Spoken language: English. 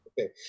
Okay